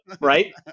right